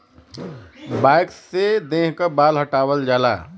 wax से देह क बाल हटावल जाला